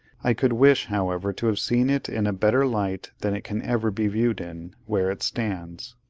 i could wish, however, to have seen it in a better light than it can ever be viewed in, where it stands.